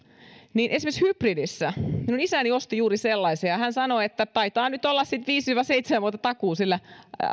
niin esimeriksi hybridissä minun isäni osti juuri sellaisen ja hän sanoi näin taitaa nyt sitten olla viisi viiva seitsemän vuotta takuu sillä